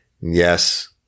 Yes